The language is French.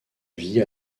vie